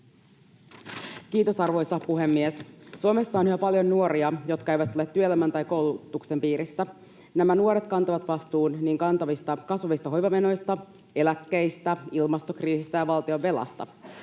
Kiitos, arvoisa puhemies! Suomessa on yhä paljon nuoria, jotka eivät ole työelämän tai koulutuksen piirissä. Nämä nuoret kantavat vastuun kasvavista hoivamenoista, eläkkeistä, ilmastokriisistä ja valtionvelasta.